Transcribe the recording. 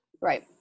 Right